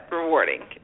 rewarding